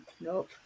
nope